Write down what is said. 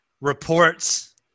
Reports